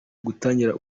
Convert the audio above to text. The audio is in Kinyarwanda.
gutangira